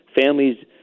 families